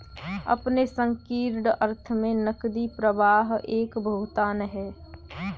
अपने संकीर्ण अर्थ में नकदी प्रवाह एक भुगतान है